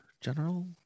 general